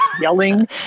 yelling